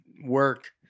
work